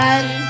One